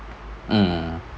ah